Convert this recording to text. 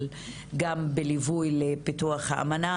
גם בליווי לפיתוח האמנה,